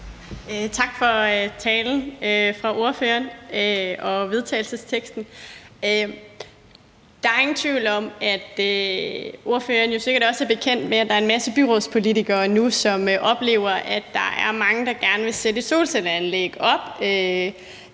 ordføreren for talen og vedtagelsesteksten. Der er ingen tvivl om, som ordføreren jo sikkert også er bekendt med, at der nu er en masse byrådspolitikere, som oplever, at der er mange, der gerne vil sætte solcelleanlæg op,